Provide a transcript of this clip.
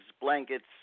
blankets